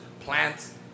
plants